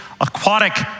aquatic